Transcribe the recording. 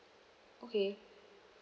okay